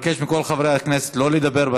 חבר הכנסת כבל, תודה רבה.